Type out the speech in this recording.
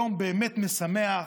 יום באמת משמח,